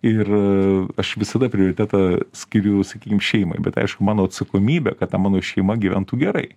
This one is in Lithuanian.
ir aš visada prioritetą skiriu sakykim šeimai bet aišku mano atsakomybė kad ta mano šeima gyventų gerai